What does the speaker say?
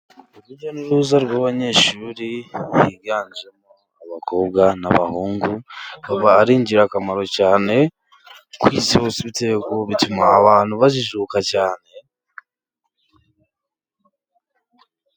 Urujya n'uruza rw'abanyeshuri biganjemo abakobwa abahungu bakaba ari ingirakamaro cyane ku isi hose, bituma abantu bajijuka cyane.